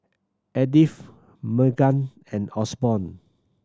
Edith Meghann and Osborne